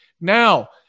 Now